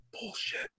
bullshit